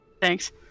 thanks